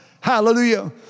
Hallelujah